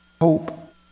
Hope